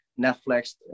Netflix